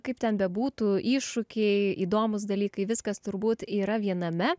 kaip ten bebūtų iššūkiai įdomūs dalykai viskas turbūt yra viename